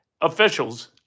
Officials